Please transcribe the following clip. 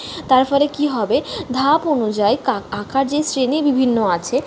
তার ফলে কী হবে ধাপ অনুযায়ী কা আঁকার যেই শ্রেণী বিভিন্ন আছে